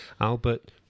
Albert